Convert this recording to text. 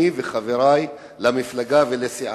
אני וחברי למפלגה ולסיעה.